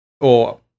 or-